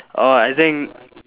oh I think